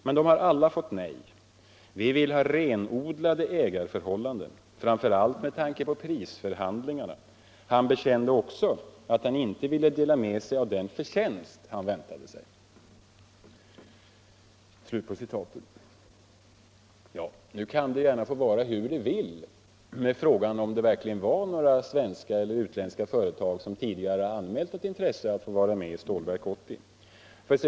——— Men de har alla fått nej. Vi vill ha renodlade ägarförhållanden, framför allt med tanke på prisförhandlingarna —-—--. Han bekände också att han inte vill dela med sig av den förtjänst han väntar sig.” Nu kan det gärna få vara hur det vill med frågan om det verkligen var några svenska eller utländska företag som tidigare anmält ett intresse att få vara med i Stålverk 80.